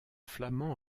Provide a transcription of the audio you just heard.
flamand